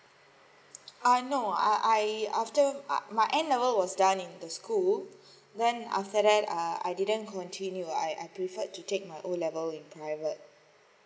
ah no I I after my A level was done in the school then after that uh I didn't continue I I prefer to take my O level in private